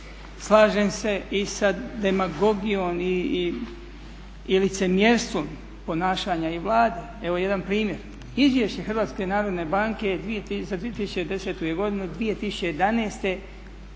Slažem se i sa demagogijom i licemjerstvom ponašanja i Vlade. Evo jedan primjer, Izvješće Hrvatske narodne banke za 2010. godinu 2011. nije